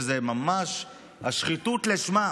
שזה ממש שחיתות לשמה.